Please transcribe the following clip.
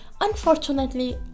unfortunately